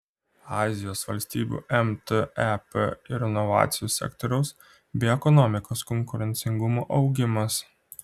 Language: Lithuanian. azijos valstybių mtep ir inovacijų sektoriaus bei ekonomikos konkurencingumo augimas